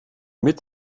mit